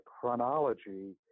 chronology